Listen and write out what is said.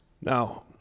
Now